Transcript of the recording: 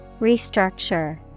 Restructure